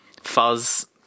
Fuzz